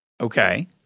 Okay